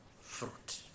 fruit